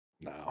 No